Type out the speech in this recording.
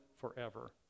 forever